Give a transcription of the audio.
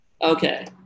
Okay